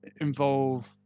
involve